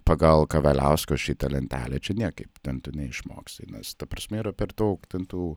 pagal kavaliausko šitą lentelę čia niekaip ten tu neišmoksi nes ta prasme yra per daug ten tų